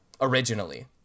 originally